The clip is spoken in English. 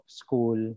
school